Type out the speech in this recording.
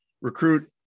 recruit